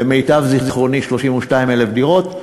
למיטב זיכרוני, 32,000 דירות.